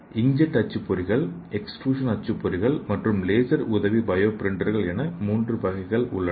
inkjet அச்சுப்பொறிகள் extrusion அச்சுப்பொறிகள் மற்றும் லேசர் உதவி பயோ பிரிண்டர்கள் என மூன்று வகைகள் உள்ளன